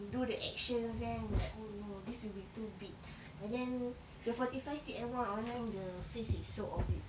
do the actions then like oh no this will be too big and then the forty five C_M one online the face is so offbeat